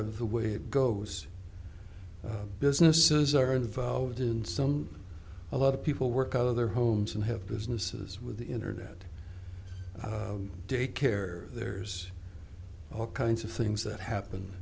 of the way it goes businesses are involved and some a lot of people work out of their homes and have businesses with the internet daycare there's all kinds of things that happen